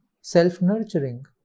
self-nurturing